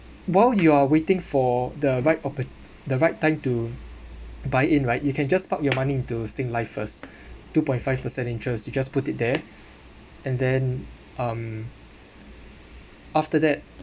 while you are waiting for the right oppurt~ the right time to buy in right you can just park your money into Singlife first two point five percent interest you just put it there and then um after that